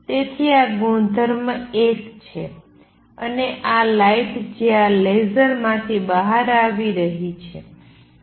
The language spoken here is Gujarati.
તેથી આ ગુણધર્મ ૧ છે અને આ લાઇટ જે આ લેસર માથી બહાર આવી રહી છે